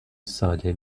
ساده